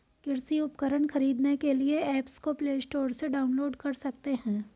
कृषि उपकरण खरीदने के लिए एप्स को प्ले स्टोर से डाउनलोड कर सकते हैं